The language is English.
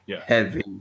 heavy